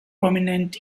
prominent